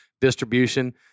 distribution